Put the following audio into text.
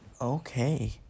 Okay